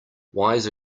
wise